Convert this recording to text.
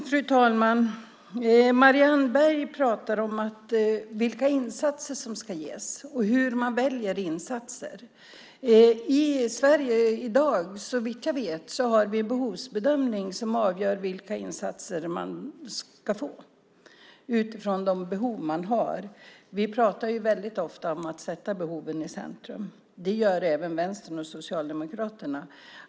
Fru talman! Marianne Berg pratar om vilka insatser som ska ges och hur man väljer insatser. I Sverige i dag, såvitt jag vet, har vi en behovsbedömning som avgör vilka insatser man ska få utifrån de behov man har. Vi pratar ju väldigt ofta om att sätta behoven i centrum. Det gör även Vänstern och Socialdemokraterna.